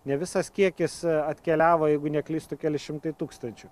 ne visas kiekis atkeliavo jeigu neklystu keli šimtai tūkstančių